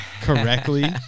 correctly